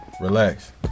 Relax